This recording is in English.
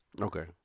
Okay